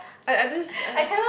I I just uh